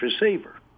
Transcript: receiver